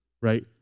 right